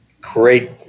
Great